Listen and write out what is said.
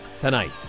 tonight